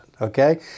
Okay